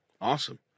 Awesome